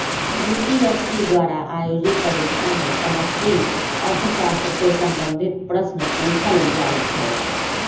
UPSC द्वारा आयोजित परीक्षा में समष्टि अर्थशास्त्र से संबंधित प्रश्न पूछल जाइ छै